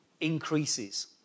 increases